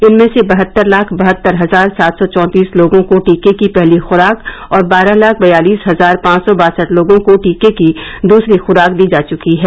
इनमें से बहत्तर लाख बहत्तर हजार सात सौ चौंतीस लोगों को टीके की पहली खुराक और बारह लाख बयालीस हजार पांच सौ बासठ लोगों को टीके की दूसरी ख्राक दी जा चुकी है